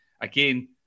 again